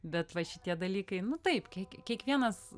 bet va šitie dalykai nu taip kiek kiekvienas